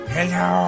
Hello